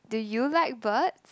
do you like birds